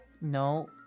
No